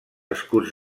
escuts